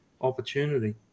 opportunity